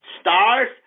stars